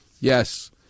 Yes